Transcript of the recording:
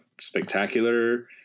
spectacular